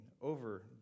over